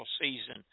season